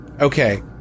Okay